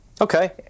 Okay